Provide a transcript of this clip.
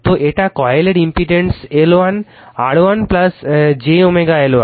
তো এটা কয়েলের impedance L1 R1 j L1